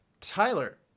Tyler